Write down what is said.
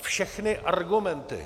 Všechny argumenty...